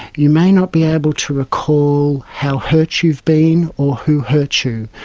you may not be able to recall how hurt you've been or who hurt you.